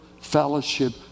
fellowship